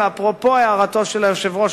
ואפרופו הערתו של היושב-ראש,